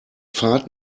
fahrt